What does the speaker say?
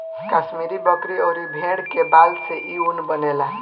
कश्मीरी बकरी अउरी भेड़ के बाल से इ ऊन बनेला